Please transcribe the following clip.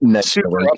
super